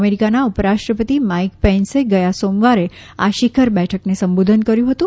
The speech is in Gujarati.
અમેરિકાના ઉપરાષ્ટ્રપતિ માઇક પેન્સે ગયા સોમવારે આ શિખર બેઠકને સંબોધન કર્યું હતું